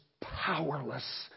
powerless